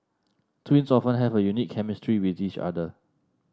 twins often have a unique chemistry with each other